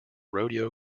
rodeo